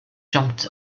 jumped